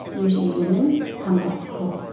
usually women, come back to court.